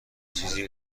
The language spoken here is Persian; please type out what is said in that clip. چیزی